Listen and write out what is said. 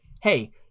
hey